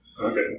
Okay